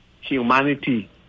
humanity